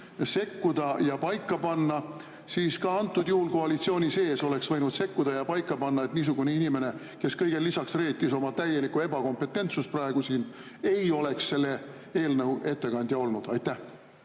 sekkuda ja paika panna, siis antud juhul koalitsioon oleks ka võinud sekkuda ja paika panna, et niisugune inimene, kes kõigele lisaks paljastas oma täieliku ebakompetentsuse siin praegu, ei oleks selle eelnõu ettekandja olnud. Ma